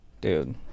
Dude